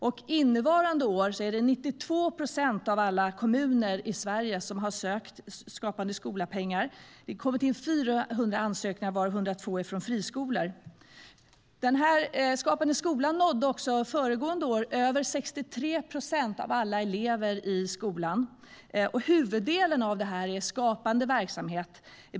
Under innevarande år har 92 procent av alla kommuner i Sverige sökt Skapande skola-pengar. Det har kommit in 400 ansökningar, varav 102 är från friskolor. Skapande skola nådde också föregående år över 63 procent av alla elever. Huvuddelen av detta är skapande verksamhet.